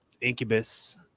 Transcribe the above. Incubus